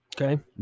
okay